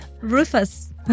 Rufus